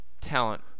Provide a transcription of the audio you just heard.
talent